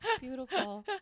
Beautiful